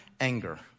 anger